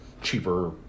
cheaper